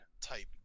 type